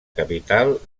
capital